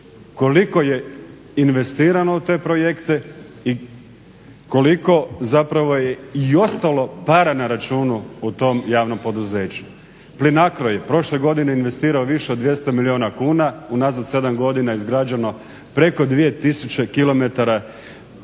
koliko je investirano u te projekte i koliko je ostalo para na računu u tom javnom poduzeću. Plinacro je prošle godine investirao više od 200 milijuna kuna, unazad 7 godina je izgrađeno preko 2 tisuće km